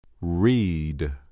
Read